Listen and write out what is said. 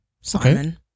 Simon